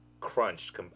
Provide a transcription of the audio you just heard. crunched